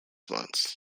months